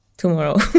Tomorrow